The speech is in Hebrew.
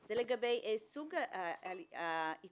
היא לגבי סוג העיקול.